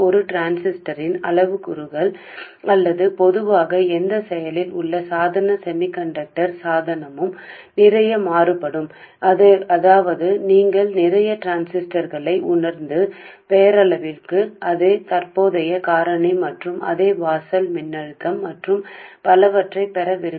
ఒక ట్రాన్సిస్టర్ యొక్క పారామితులు లేదా సాధారణంగా ఏ క్రియాశీల పరికరం సెమీకండక్టర్ పరికరం చాలా చాలా తేడా ఉంటుంది మీరు ట్రాన్సిస్టర్లు చాలా గ్రహించటం మరియు మీరు నామమాత్రంగా అదే ప్రస్తుత కారకం మరియు అదే ప్రవేశ వోల్టేజ్ మరియు అందువలన న ఉద్దేశం